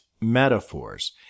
metaphors